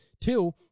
Two